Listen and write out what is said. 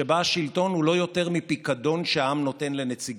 שבה השלטון הוא לא יותר מפיקדון שהעם נותן לנציגיו.